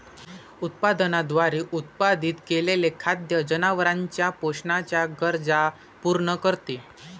उत्पादनाद्वारे उत्पादित केलेले खाद्य जनावरांच्या पोषणाच्या गरजा पूर्ण करते